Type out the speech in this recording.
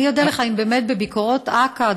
אני אודה לך אם באמת בביקורות אכ"א,